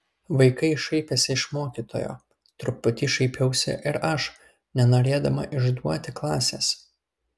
vaikai šaipėsi iš mokytojo truputį šaipiausi ir aš nenorėdama išduoti klasės